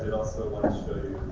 also want to show you